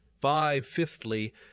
Five-fifthly